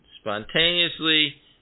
spontaneously